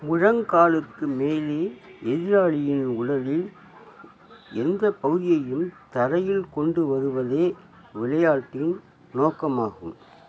முழங்காலுக்கு மேலே எதிராளியின் உடலின் எந்தப் பகுதியையும் தரையில் கொண்டு வருவதே விளையாட்டின் நோக்கமாகும்